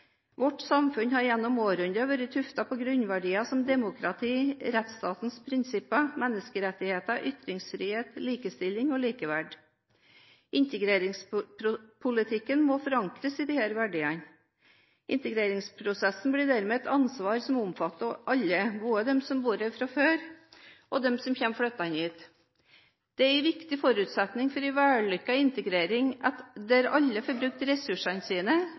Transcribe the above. Vårt samfunn har gjennom århundrer vært tuftet på grunnverdier som demokrati, rettsstatens prinsipper, menneskerettigheter, ytringsfrihet, likestilling og likeverd. Integreringspolitikken må forankres i disse verdiene. Integreringsprosessen blir dermed et ansvar som omfatter alle – både dem som bor her fra før, og dem som kommer flyttende hit. Det er en viktig forutsetning for en vellykket integrering, der alle får brukt ressursene sine,